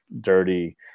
dirty